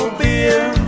beer